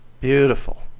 beautiful